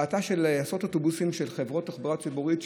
בהאטה של עשרות אוטובוסים של חברות תחבורה ציבורית,